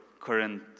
current